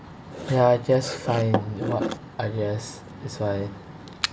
ya I guess find what I guess is fine